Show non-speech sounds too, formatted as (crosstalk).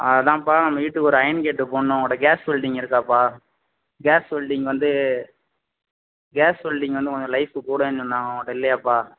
அதான்பா நம்ப வீட்டுக்கு ஒரு அயன் கேட்டு போடுணும் (unintelligible) கேஸ் வெல்டிங் இருக்காப்பா கேஸ் வெல்டிங் வந்து கேஸ் வெல்டிங் வந்து கொஞ்சம் லைஃப் கூடன்னு சொன்னாங்க உங்கள்கிட்ட இல்லையாபா